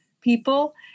people